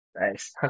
Nice